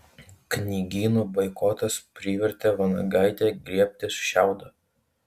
knygynų boikotas privertė vanagaitę griebtis šiaudo